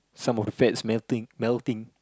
some of the fats melting melting